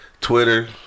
Twitter